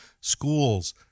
schools